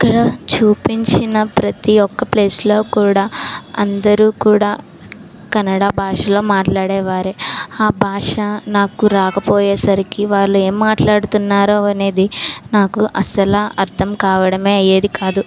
అక్కడ చూపించిన ప్రతి ఒక్క ప్లేస్లో కూడా అందరూ కూడా కన్నడ భాషలో మాట్లాడే వారే ఆ భాష నాకు రాకపోయేసరికి వాళ్ళు ఏమి మాట్లాడుతున్నారో అనేది నాకు అసలు అర్థం కావడమే అయ్యేది కాదు